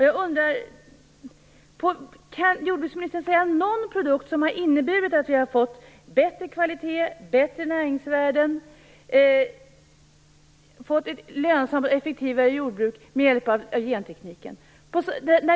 Jag undrar: Kan jordbruksministern säga någon produkt som har inneburit att vi har fått bättre kvalitet, bättre näringsvärden, ett lönsammare och effektivare jordbruk med hjälp av gentekniken?